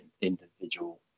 individual